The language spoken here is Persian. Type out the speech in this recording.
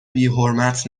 بیحرمت